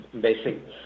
basic